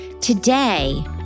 Today